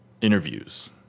interviews